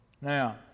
Now